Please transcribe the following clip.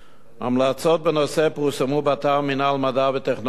ההמלצות בנושא פורסמו באתר מינהל מדע וטכנולוגיה,